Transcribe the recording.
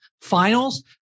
Finals